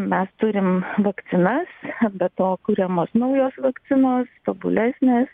mes turim vakcinas be to kuriamos naujos vakcinos tobulesnės